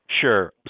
Sure